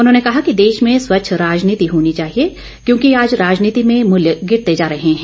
उन्होंने कहा कि देश में स्वच्छ राजनीति होनी चाहिए क्योंकि आज राजनीति में मूल्य गिरते जा रहे हैं